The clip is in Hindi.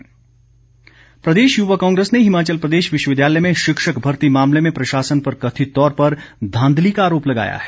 युवा कांग्रेस प्रदेश युवा कांग्रेस ने हिमाचल प्रदेश विश्वविद्यालय में शिक्षक भर्ती मामले में प्रशासन पर कथित तौर पर धांधली का आरोप लगाया है